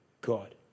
God